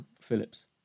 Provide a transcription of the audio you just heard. Phillips